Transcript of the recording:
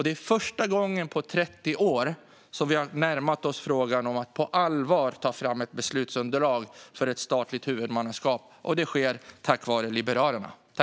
Det är första gången på 30 år som vi på allvar har närmat oss frågan om att ta fram ett beslutsunderlag för ett statligt huvudmannaskap. Det sker tack vare Liberalerna.